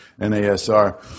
N-A-S-R